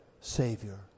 Savior